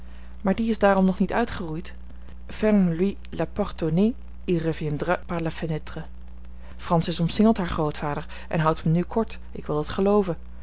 maar die is daarom nog niet uitgeroeid ferme lui la porte au nez il reviendra par la fenêtre francis omsingelt haar grootvader en houdt hem nu kort ik wil dat gelooven